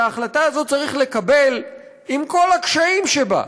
ההחלטה הזאת צריך לקבל עם כל הקשיים שבה.